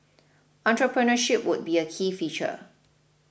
entrepreneurship would be a key feature